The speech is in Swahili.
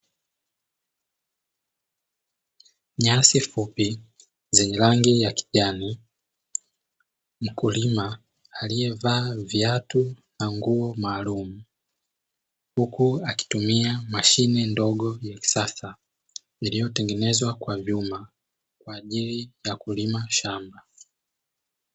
Nyasi fupi yenye rangi ya kijani mkulima aliyevaa viatu na nguo maalumu, huku akitumia mashine ndogo ya kisasa iliyotengenezwa kwa vyuma kwa ajili ya kulima shamba.